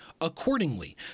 Accordingly